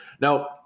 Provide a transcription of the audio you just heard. Now